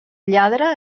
lladre